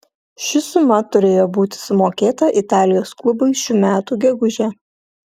ši suma turėjo būti sumokėta italijos klubui šių metų gegužę